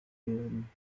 werden